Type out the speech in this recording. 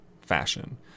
fashion